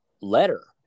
letter